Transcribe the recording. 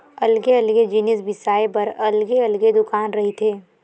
अलगे अलगे जिनिस बिसाए बर अलगे अलगे दुकान रहिथे